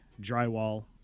drywall